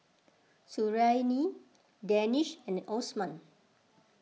Suriani Danish and Osman